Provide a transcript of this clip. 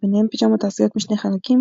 ביניהם פיג'מות העשויות משני חלקים,